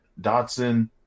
Dotson